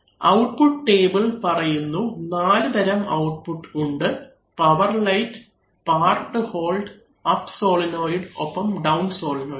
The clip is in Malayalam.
ഔട്ട്പുട്ട് ടേബിൾ പറയുന്നു നാലുതരം ഔട്ട്പുട്ട് ഉണ്ട് power light part hold up solenoid ഒപ്പം ഡൌൺ സോളിനോയ്ഡ്